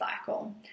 cycle